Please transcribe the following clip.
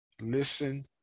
listen